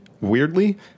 weirdly